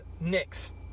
Knicks